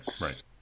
Right